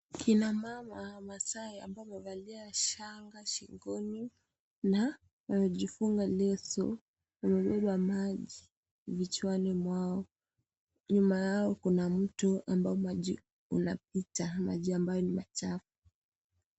Kina mama Wamasaai ambao wamevalia shanga shingoni na wamejifunga leso. Wamebeba maji vichwani mwao. Nyuma yao, kuna mto ambao maji unapita. Maji ambayo ni machafu.